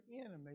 enemy